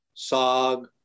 Sog